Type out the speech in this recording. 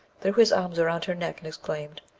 threw his arms around her neck, and exclaimed,